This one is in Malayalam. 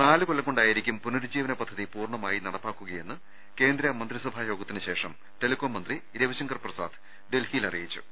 നാല് കൊല്ലം കൊണ്ടായിരിക്കും പുനരുജ്ജീവന പദ്ധതി പൂർണമായി നടപ്പാക്കുകയെന്ന് കേന്ദ്രമന്ത്രിസഭാ യോഗത്തിന് ശേഷം ടെലികോം മന്ത്രി രവിശങ്കർ പ്രസാദ് ഡൽഹിയിൽ അറിയി ച്ചു